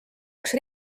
üks